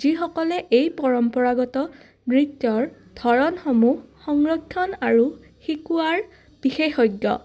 যিসকলে এই পৰম্পৰাগত নৃত্যৰ ধৰণসমূহ সংৰক্ষণ আৰু শিকোৱাৰ বিশেষজ্ঞ